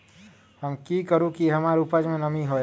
हम की करू की हमार उपज में नमी होए?